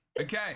Okay